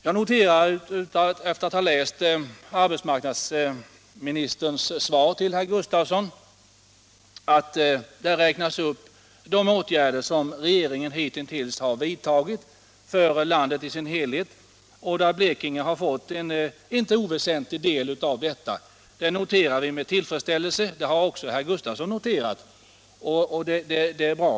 Jag noterar, efter att ha läst arbetsmarknadsministerns svar till herr Gustafsson i Ronneby, att i svaret räknas upp de åtgärder som regeringen hittills har vidtagit för landet i dess helhet och att en inte oväsentlig del av dessa gäller Blekinge. Det noterar vi med tillfredsställelse. Det sysselsättningen i Blekinge har också herr Gustafsson noterat — det är bra.